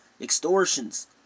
extortions